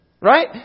Right